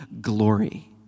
glory